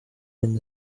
been